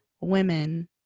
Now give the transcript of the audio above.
women